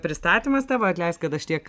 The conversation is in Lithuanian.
pristatymas tavo atleisk kad aš tiek